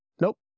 Nope